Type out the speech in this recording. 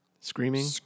Screaming